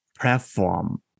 platform